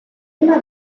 una